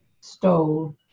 stole